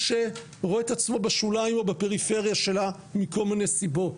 שרואה את עצמו בשוליים או בפריפריה שלה מכל מיני סיבות,